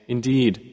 Indeed